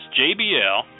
JBL